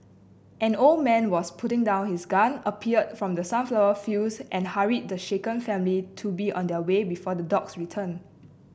an old man was putting down his gun appeared from the sunflower fields and hurried the shaken family to be on their way before the dogs return